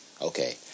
okay